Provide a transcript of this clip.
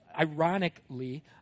ironically